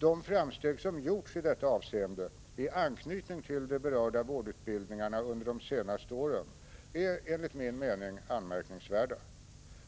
De framsteg som gjorts i detta avseende i anknytning till de berörda vårdutbildningarna under de senaste åren är enligt min mening anmärkningsvärda.